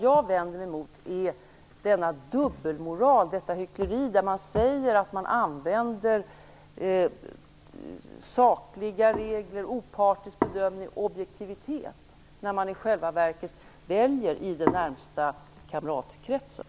Jag vänder mig mot denna dubbelmoral och detta hyckleri när man säger att man använder sakliga regler, en opartisk bedömning och objektivitet när man i själva verket väljer i den närmaste kamratkretsen.